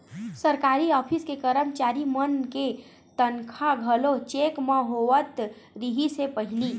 सरकारी ऑफिस के करमचारी मन के तनखा घलो चेक म होवत रिहिस हे पहिली